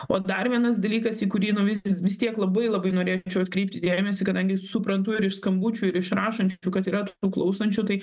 o dar vienas dalykas į kurį nu vis vis tiek labai labai norėčiau atkreipti dėmesį kadangi suprantu ir iš skambučių iš rašančių kad yra tų klausančių tai